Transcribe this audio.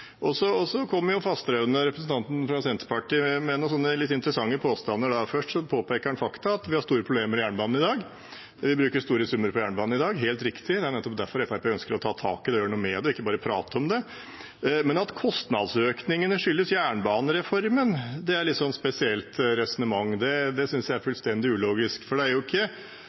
representanten fra Senterpartiet, med noen litt interessante påstander. Først påpeker han fakta, at vi har store problemer og bruker store summer på jernbanen i dag. Det er helt riktig, det er nettopp derfor Fremskrittspartiet ønsker å ta tak i det og gjøre noe med det, ikke bare prate om det. Men at kostnadsøkningene skyldes jernbanereformen, er et spesielt resonnement, det synes jeg er fullstendig ulogisk, for det er ikke i byggeprosjektene det har vært den største reformen, det er jo